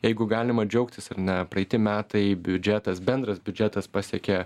jeigu galima džiaugtis ar ne praeiti metai biudžetas bendras biudžetas pasiekė